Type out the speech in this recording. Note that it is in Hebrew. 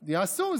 יעשו.